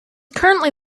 currently